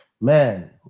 Man